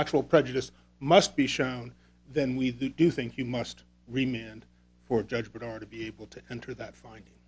ctual prejudice must be shown then we do think you must remain and for judgment are to be able to enter that fine